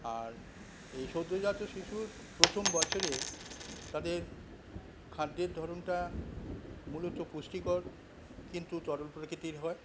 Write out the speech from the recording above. আর এই সদ্যজাত শিশুর প্রথম বছরে তাদের খাদ্যের ধরনটা মূলত পুষ্টিকর কিন্তু তরল প্রকৃতির হয়